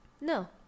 No